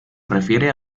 refiere